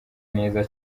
neza